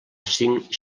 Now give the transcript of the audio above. cinc